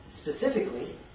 specifically